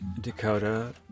Dakota